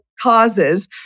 causes